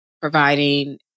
providing